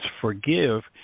forgive